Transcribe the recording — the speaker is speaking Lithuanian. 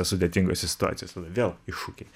sudėtingose situacijose tada vėl iššūkiai